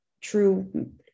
true